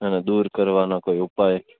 એને દૂર કરવાનો કોઈ ઉપાય